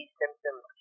symptoms